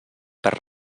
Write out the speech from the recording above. per